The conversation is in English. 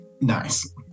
Nice